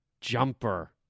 jumper